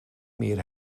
meer